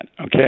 Okay